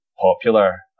popular